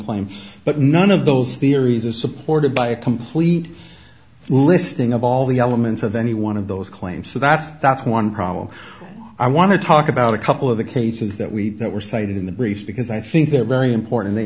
claimed but none of those theories are supported by a complete listing of all the elements of any one of those claims so that's that's one problem i want to talk about a couple of the cases that we know were cited in the brief because i think they're very important t